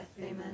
Amen